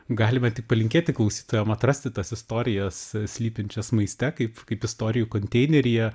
galime tik palinkėti klausytojam atrasti tas istorijas slypinčias maiste kaip kaip istorijų konteineryje